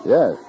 Yes